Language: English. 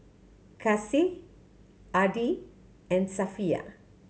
Kasih Adi and Safiya